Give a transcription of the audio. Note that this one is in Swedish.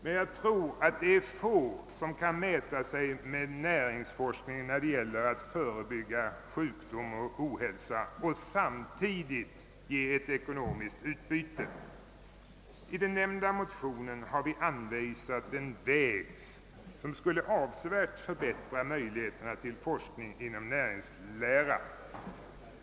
Men jag tror att det är få som kan mäta sig med näringsforsk ningen när det gäller att förebygga sjukdom och ohälsa och samtidigt ge ett ekonomiskt utbyte. I motionen har vi anvisat en väg, som skulle avsevärt förbättra möjligheterna till forskning inom näringsläran.